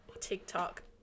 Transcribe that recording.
TikTok